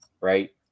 right